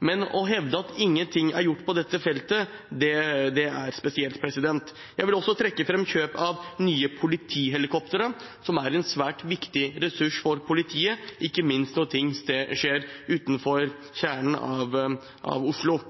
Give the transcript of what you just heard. men å hevde at ingenting er gjort på dette feltet, er spesielt. Jeg vil også trekke fram kjøp av nye politihelikoptre, som er en svært viktig ressurs for politiet, ikke minst når ting skjer utenfor Oslo.